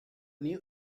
new